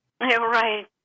Right